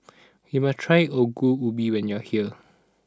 you must try Ongol Ubi when you are here